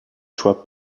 choix